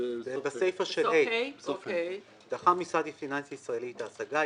בסיפה של (ה): דחה מוסד פיננסי ישראלי את ההשגה,